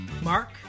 Mark